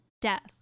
death